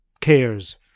cares